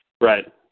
right